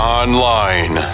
online